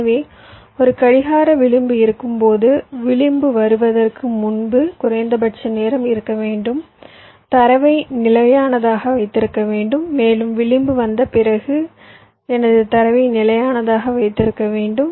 எனவே ஒரு கடிகார விளிம்பு இருக்கும்போது விளிம்பு வருவதற்கு முன்பு குறைந்தபட்ச நேரம் இருக்க வேண்டும் தரவை நிலையானதாக வைத்திருக்க வேண்டும் மேலும் விளிம்பு வந்த பிறகு எனது தரவை நிலையானதாக வைத்திருக்க வேண்டும்